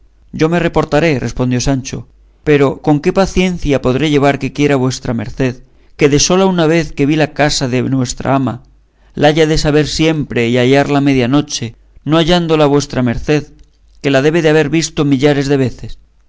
yo me reportaré respondió sancho pero con qué paciencia podré llevar que quiera vuestra merced que de sola una vez que vi la casa de nuestra ama la haya de saber siempre y hallarla a media noche no hallándola vuestra merced que la debe de haber visto millares de veces